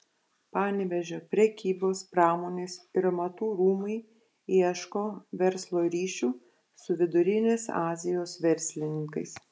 panevėžio prekybos pramonės ir amatų rūmai ieško verslo ryšių su vidurinės azijos verslininkais